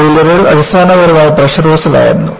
ബോയിലറുകൾ അടിസ്ഥാനപരമായി pressure vessel ആയിരുന്നു